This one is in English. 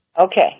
Okay